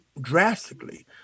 drastically